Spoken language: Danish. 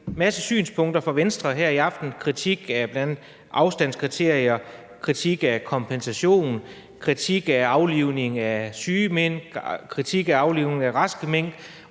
en masse synspunkter fra Venstre her i aften: kritik af bl.a. afstandskriterier, kritik af kompensation, kritik af aflivning af syge mink og kritik af aflivning af raske mink.